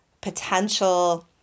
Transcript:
potential